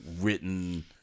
written